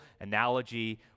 analogy